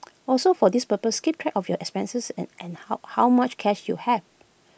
also for this purpose keep track of your expenses and and how how much cash you have